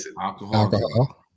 alcohol